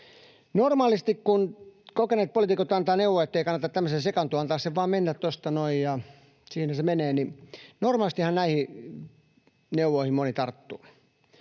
Normaalistihan, kun kokeneet poliitikot antavat neuvon, ettei kannata tämmöiseen sekaantua — antaa sen vain mennä tuosta noin, ja siinä se menee — näihin neuvoihin moni tarttuu.